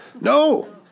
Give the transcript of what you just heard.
No